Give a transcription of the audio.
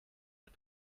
the